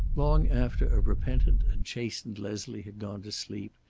long after a repentant and chastened leslie had gone to sleep,